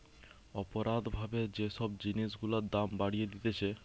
অপরাধ ভাবে যে সব জিনিস গুলার দাম বাড়িয়ে দিতেছে